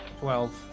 Twelve